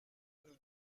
nous